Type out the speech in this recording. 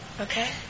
Okay